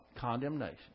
Condemnation